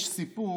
יש סיפור,